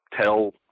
tell